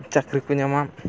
ᱪᱟᱹᱠᱨᱤ ᱠᱚ ᱧᱟᱢᱟ